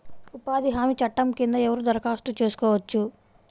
ఉపాధి హామీ చట్టం కింద ఎవరు దరఖాస్తు చేసుకోవచ్చు?